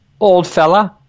Oldfella